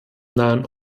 nahen